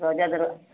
दरवाज़ा दरवा